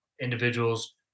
individuals